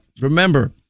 remember